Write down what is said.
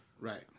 Right